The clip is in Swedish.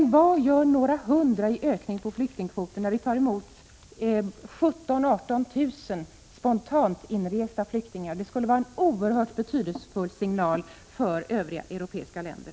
Men vad gör en ökning med några hundra av flyktingkvoten, när vi tar emot 17 000-18 000 spontant inresta flyktingar? Det skulle vara en oerhört betydelsefull signal till övriga europeiska länder.